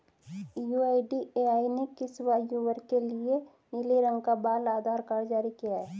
UIDAI ने किस आयु वर्ग के लिए नीले रंग का बाल आधार कार्ड जारी किया है?